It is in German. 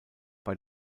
bei